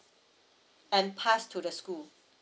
and pass to the school